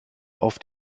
auf